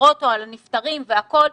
גרוטו על המספרים והכול,